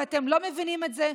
ואתם לא מבינים את זה.